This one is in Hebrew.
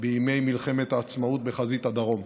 בימי מלחמת העצמאות, בחזית הדרום.